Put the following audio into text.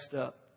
up